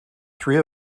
three